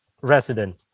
resident